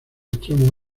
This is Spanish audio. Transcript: extremo